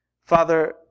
Father